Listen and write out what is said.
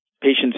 patients